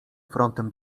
frontem